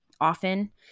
often